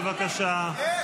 בבקשה.